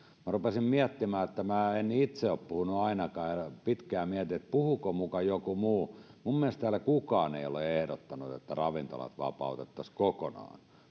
rupesin miettimään että ainakaan minä itse en ole puhunut niin ja pitkään mietin puhuiko muka joku muu minun mielestäni täällä kukaan ei ole ehdottanut että ravintolat vapautettaisiin kokonaan